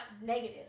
negative